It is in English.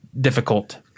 difficult